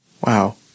Wow